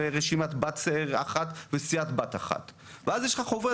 ורשימת בת אחת וסיעת בת אחת.